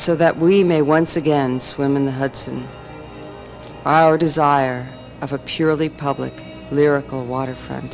so that we may once again swim in the hudson our desire of a purely public lyrical waterfront